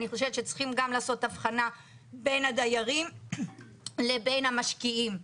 אני חושבת שצריכים גם לעשות הבחנה בין הדיירים לבין המשקיעים.